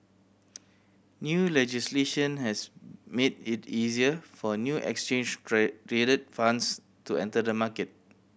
new legislation has made it easier for new exchange trade traded funds to enter the market